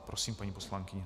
Prosím, paní poslankyně.